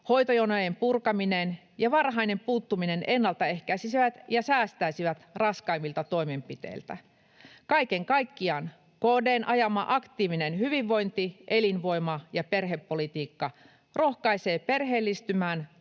hoitojonojen purkaminen ja varhainen puuttuminen ennaltaehkäisisivät ja säästäisivät raskaammilta toimenpiteiltä. Kaiken kaikkiaan KD:n ajama aktiivinen hyvinvointi‑, elinvoima‑ ja perhepolitiikka rohkaisee perheellistymään,